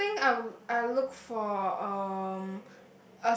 I think I would I look for um